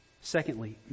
Secondly